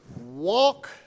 walk